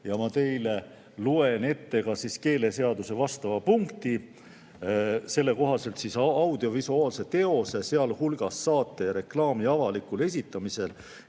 Ma loen teile ette ka keeleseaduse vastava punkti. Selle kohaselt audiovisuaalse teose, sealhulgas saate ja reklaami avalikul esitamisel